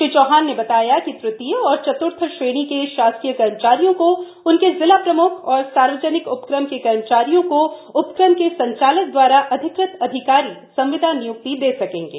श्री चौहान ने बताया कि तृतीय एवं चत्र्थ श्रेणी के शासकीय कर्मचारियों को उनके जिला प्रम्ख और सार्वजनिक उपक्रम के कर्मचारियों को उपक्रम के संचालक द्वारा अधिकृत अधिकारी संविदा निय्क्ति दे सकेंगे